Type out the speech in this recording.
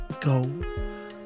go